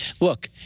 Look